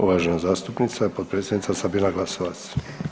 Uvažena zastupnica i potpredsjednica Sabina Glasovac.